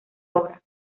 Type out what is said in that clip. obra